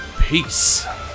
Peace